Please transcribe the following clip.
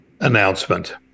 announcement